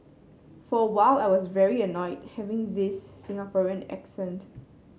for a while I was very annoyed having this Singaporean accent